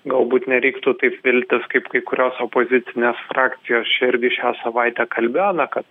galbūt nereiktų taip viltis kaip kai kurios opozicinės frakcijos čia irgi šią savaitę kalbėjo na kad